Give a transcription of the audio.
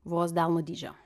vos delno dydžio